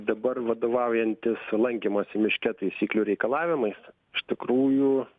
dabar vadovaujantis lankymosi miške taisyklių reikalavimais iš tikrųjų